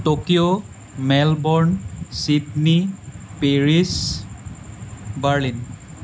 Tokyo Melbourne Sydney Paris Berlin